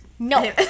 No